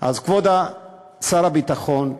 אז, כבוד שר הביטחון,